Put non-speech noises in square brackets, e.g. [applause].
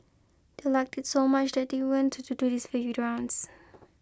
they liked it so much that they went to do this [unintelligible] rounds